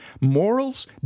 morals